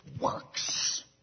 works